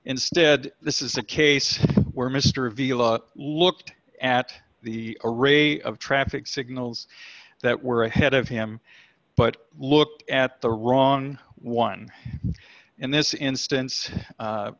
instead this is a case where mr avila looked at the array of traffic signals that were ahead of him but look at the wrong one in this instance